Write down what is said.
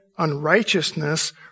unrighteousness